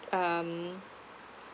um